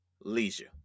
leisure